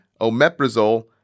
omeprazole